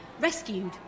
rescued